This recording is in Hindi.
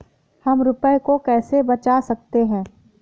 हम रुपये को कैसे बचा सकते हैं?